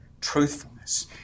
truthfulness